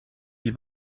die